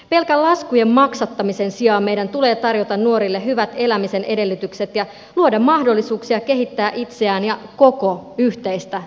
pelkän laskujen maksattamisen sijaan meidän tulee tarjota nuorille hyvät elämisen edellytykset ja luoda heille mahdollisuuksia kehittää itseään ja koko yhteistä yhteiskuntaamme